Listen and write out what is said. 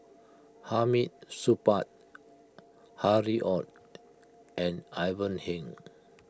Hamid Supaat Harry Ord and Ivan Heng